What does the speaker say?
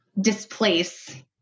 displace